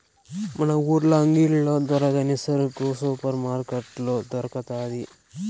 మన ఊర్ల అంగిల్లో దొరకని సరుకు సూపర్ మార్కట్లో దొరకతాది